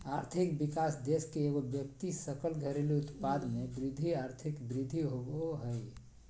आर्थिक विकास देश के एगो व्यक्ति सकल घरेलू उत्पाद में वृद्धि आर्थिक वृद्धि होबो हइ